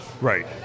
Right